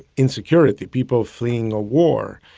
insecurity, people fleeing a war,